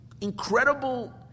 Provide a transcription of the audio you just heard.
incredible